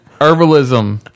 herbalism